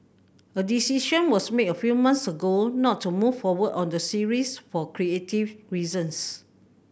a decision was made a few months ago not to move forward on the series for creative reasons